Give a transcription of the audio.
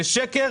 זה שקר,